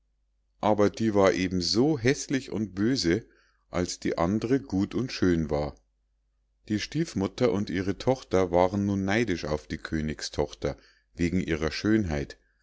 aber die war eben so häßlich und böse als die andre gut und schön war die stiefmutter und ihre tochter waren nun neidisch auf die königstochter wegen ihrer schönheit